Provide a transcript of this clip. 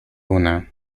una